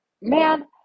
man